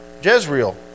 Jezreel